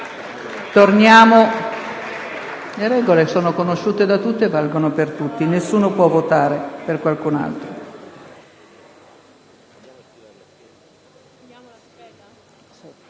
M5S).* Le regole sono conosciute da tutti e valgono per tutti. Nessuno può votare per qualcun altro.